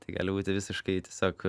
tai gali būti visiškai tiesiog